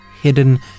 hidden